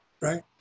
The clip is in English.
right